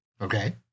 Okay